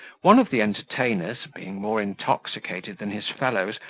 one of the entertainers, being more intoxicated than his fellows,